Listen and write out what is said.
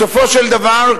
בסופו של דבר,